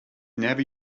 never